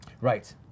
Right